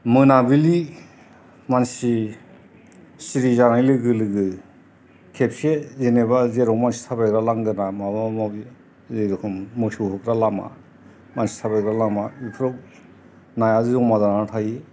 मोनाबिलि मानसि सिरि जानाय लोगो लोगो खेबसे जेनेबा जेराव मानसि थाबायग्रा लांगोना माबा माबि जेरेखम मोसौ होग्रा लामा मानसि थाबायग्रा लामा बेफ्राव नाया जमा जानानै थायो